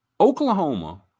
Oklahoma